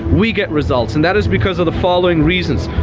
we get results. and that is because of the following reasons.